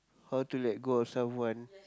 how to let go of someone